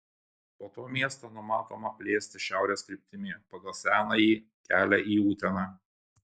po to miestą numatoma plėsti šiaurės kryptimi pagal senąjį kelią į uteną